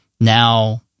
now